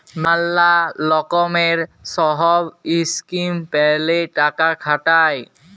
ম্যালা লকমের সহব ইসকিম প্যালে টাকা খাটায়